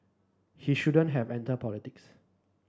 he shouldn't have entered politics